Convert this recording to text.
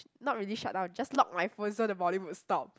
not really shut down just lock my phone so the volume will stop